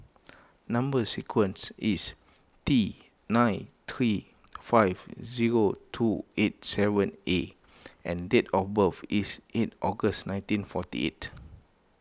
Number Sequence is T nine three five zero two eight seven A and date of birth is eight August nineteen forty eight